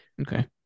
Okay